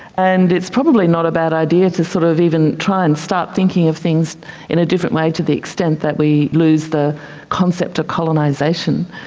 and it's probably not a bad idea to sort of even try and start thinking of things in a different way to the extent that we lose the concept of colonisation.